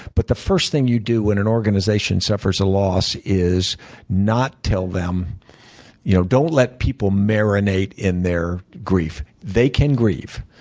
but the first thing you do when an organization suffers a loss is not tell them you know don't let people marinate in their grief they can grieve.